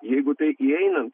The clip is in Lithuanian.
jeigu tai įeinant